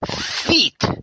feet